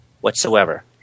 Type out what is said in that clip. whatsoever